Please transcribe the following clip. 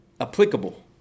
Applicable